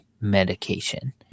medication